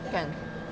kan